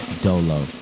Dolo